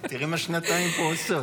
תראי מה שנתיים פה עושות.